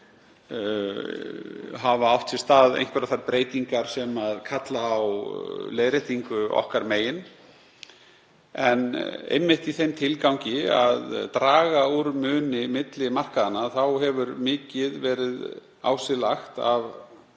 hafa átt sér stað einhverjar þær breytingar sem kalla á leiðréttingu okkar megin. Einmitt í þeim tilgangi að draga úr mun milli markaðanna hefur mikið verið á sig lagt af